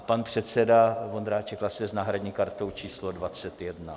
Pan předseda Vondráček hlasuje s náhradní kartou číslo 21.